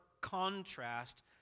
contrast